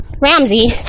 Ramsey